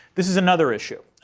this is another issue.